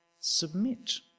submit